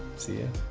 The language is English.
see ya.